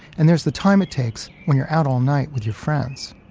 and there's the time it takes when you're out all night with your friends